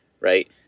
Right